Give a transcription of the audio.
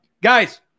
guys